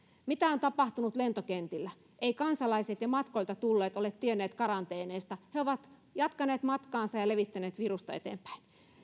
mitä on tapahtunut lentokentillä eivät kansalaiset ja matkoilta tulleet ole tienneet karanteeneista he ovat jatkaneet matkaansa ja levittäneet virusta eteenpäin